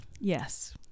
Yes